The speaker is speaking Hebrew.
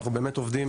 אנחנו באמת עובדים